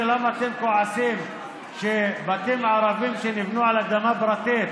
למה אתם כועסים שבתים ערביים שנבנו על אדמה פרטית,